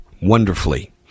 wonderfully